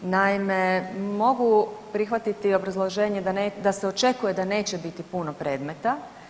Naime, mogu prihvatiti obrazloženje da se očekuje da neće biti puno predmeta.